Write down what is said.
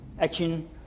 action